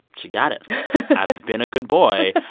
she got it i've been a good boy.